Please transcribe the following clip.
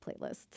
playlists